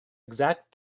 exact